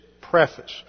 preface